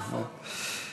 נכון.